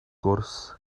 gwrs